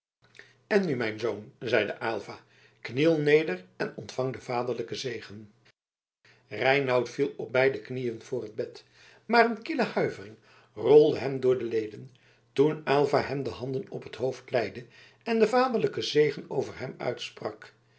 en nu mijn zoon zeide aylva kniel neder en ontvang den vaderlijken zegen reinout viel op beide knieën voor het bed maar een kille huivering rolde hem door de leden toen aylva hem de handen op het hoofd leide en den vaderlijken zegen over hem uitsprak